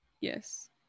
Yes